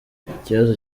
ikibazo